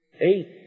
eight